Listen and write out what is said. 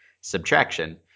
subtraction